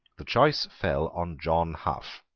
the choice fell on john hough,